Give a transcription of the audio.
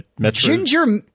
Ginger